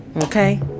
Okay